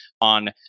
on